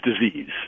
disease